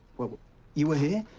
what you were here?